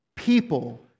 People